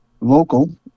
local